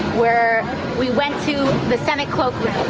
where we went to the senate cloakroom.